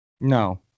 No